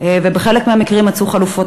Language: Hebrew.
ובחלק מהמקרים מצאו חלופות.